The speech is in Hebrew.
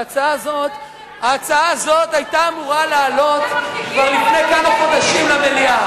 ההצעה הזאת היתה אמורה לעלות כבר לפני כמה חודשים במליאה.